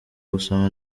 gusoma